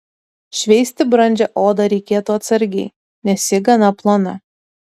šveisti brandžią odą reikėtų atsargiai nes ji gana plona